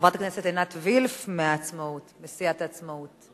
חברת הכנסת עינת וילף מסיעת עצמאות.